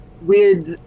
weird